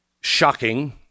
shocking